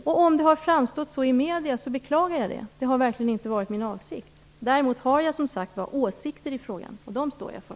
Om det har framstått så i medierna, beklagar jag det. Det har verkligen inte varit min avsikt. Däremot har jag, som sagt, åsikter i frågan, och dem står jag för.